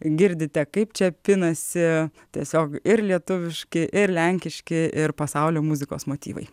girdite kaip čia pinasi tiesiog ir lietuviški ir lenkiški ir pasaulio muzikos motyvai